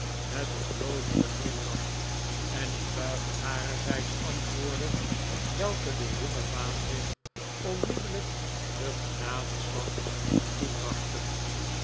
met een blozenden glimlach en een buiging harerzijds antwoordde welke den jongen vaandrig onmiddellijk den genadeslag toebrachten